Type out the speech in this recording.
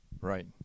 Right